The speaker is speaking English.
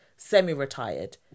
Semi-retired